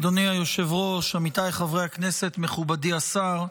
אדוני היושב-ראש, עמיתיי חברי הכנסת, מכובדי השר,